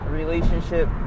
relationship